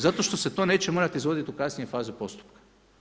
Zato što se to neće morati izvoditi u kasnijoj fazi postupka.